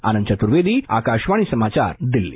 आनंद चतुर्वेदी आकाशवाणी समाचार दिल्ली